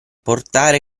portare